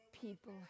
people